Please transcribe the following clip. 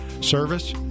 Service